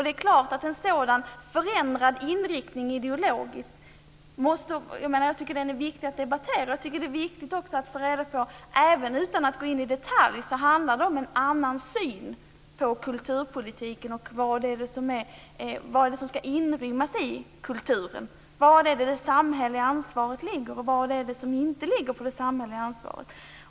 Det är klart att en sådan ideologiskt förändrad inriktning är det viktigt att diskutera. Utan att gå in i detalj handlar det om en annan syn på kulturpolitiken och vad som ska inrymmas i kulturen. Vad är det som ligger respektive inte ligger på det samhälleliga ansvaret?